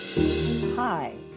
Hi